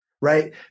right